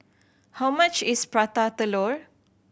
how much is Prata Telur